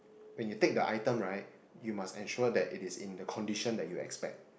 when you take the item right you must ensure that it is in the condition that you expect